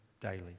daily